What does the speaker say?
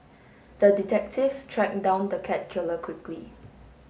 the detective track down the cat killer quickly